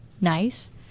nice